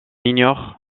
ignore